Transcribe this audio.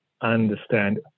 understand